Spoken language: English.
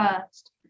first